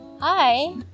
Hi